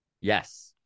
Yes